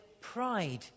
pride